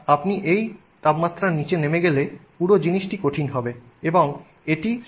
একবার আপনি এই তাপমাত্রার নীচে নেমে গেলে পুরো জিনিসটি কঠিন হবে এবং এটি সমস্ত α হবে